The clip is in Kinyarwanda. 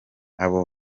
abo